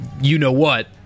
you-know-what